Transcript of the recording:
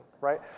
right